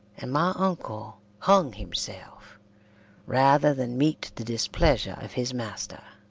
and my uncle hung himself rather than meet the displeasure of his master.